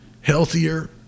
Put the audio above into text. healthier